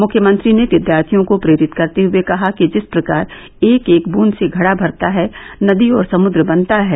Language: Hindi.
मुख्यमंत्री ने विद्यार्थियों को प्रेरित करते हुए कहा कि जिस प्रकार एक एक बूद से घड़ा भरता है नदी और समुद्र बनता है